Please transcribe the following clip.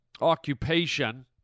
occupation